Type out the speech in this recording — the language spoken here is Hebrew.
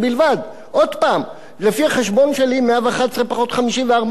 עוד פעם, לפי החשבון שלי, 111 פחות 54, הרווחנו.